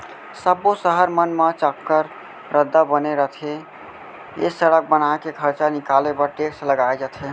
सब्बो सहर मन म चाक्कर रद्दा बने रथे ए सड़क बनाए के खरचा निकाले बर टेक्स लगाए जाथे